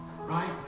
right